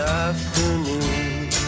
afternoon